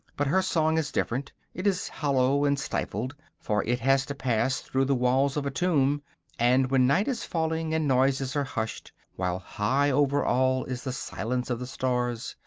but her song is different it is hollow and stifled, for it has to pass through the walls of a tomb and when night is falling and noises are hushed, while high over all is the silence of the stars,